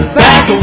back